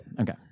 Okay